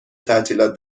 تعطیلات